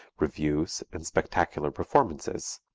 revues, and spectacular performances,